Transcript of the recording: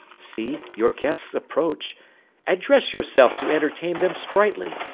see, your guests approach address yourself to entertain them sprightly,